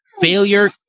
failure